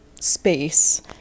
space